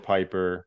Piper